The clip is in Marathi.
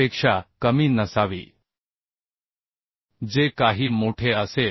पेक्षा कमी नसावी जे काही मोठे असेल